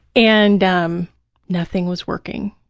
and um nothing was working,